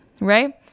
Right